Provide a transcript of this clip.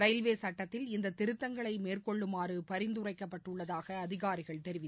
railway சுட்டத்தில் இந்த திருத்தங்களை மேற்கொள்ளுமாற பரிந்துரைக்கப்பட்டுள்ளதாக அதிகாரிகள் தெரிவித்தனர்